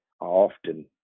often